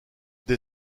des